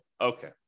Okay